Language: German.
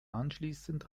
anschließend